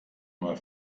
mal